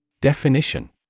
Definition